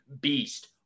beast